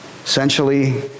essentially